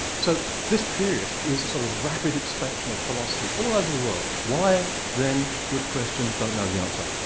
so this period is a sort of rapid expansion of philosophy all over the world. why then? good question, don't know the answer.